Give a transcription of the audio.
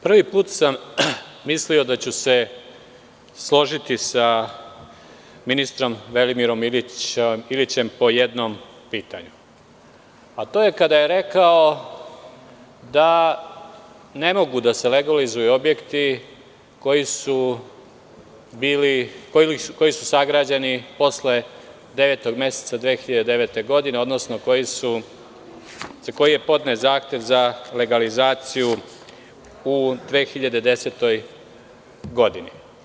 Prvi put sam mislio da ću se složiti sa ministrom Velimirom Ilićem po jednom pitanju, a to je kada je rekao da ne mogu da se legalizuju objekti koji su sagrađeni posle devetog meseca 2009. godine, odnosno za koje je podnet zahtev za legalizaciju u 2010. godini.